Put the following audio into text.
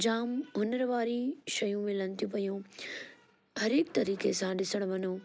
जामु हुनर वारी शयूं मिलनि थी पयूं हर एक तरीक़े सां ॾिसणु वञो